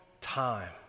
time